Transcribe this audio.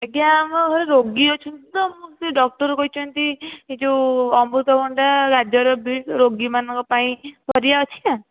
ଆଜ୍ଞା ଆମ ଘରେ ରୋଗୀ ଅଛନ୍ତି ତ ସେ ଡକ୍ଟର କହିଛନ୍ତି ସେ ଯୋଉ ଅମୃତଭଣ୍ଡା ଗାଜର ବିଟ୍ ରୋଗୀମାନଙ୍କ ପାଇଁ ପରିବା ଅଛି ନା